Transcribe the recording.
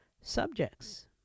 subjects